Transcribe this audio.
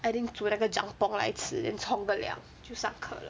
I think 煮那个 jamppong 来吃 then 冲个凉就上课